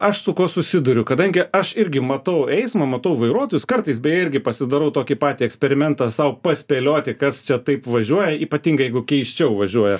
aš su kuo susiduriu kadangi aš irgi matau eismą matau vairuotojus kartais beje irgi pasidarau tokį patį eksperimentą sau paspėlioti kas čia taip važiuoja ypatingai jeigu keisčiau važiuoja